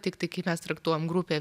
tiktai kaip mes traktuojam grupė